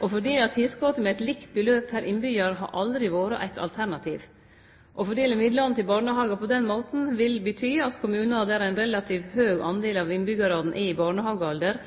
Å fordele tilskotet med eit likt beløp pr. innbyggjar har aldri vore eit alternativ. Å fordele midlane til barnehage på den måten ville bety at kommunar der ein relativt høg prosentdel av innbyggjarane er i barnehagealder,